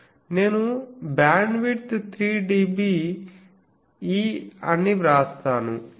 నేను 3dBE వ్రాస్తాను